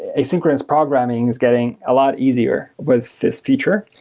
asynchronous programing is getting a lot easier with this feature.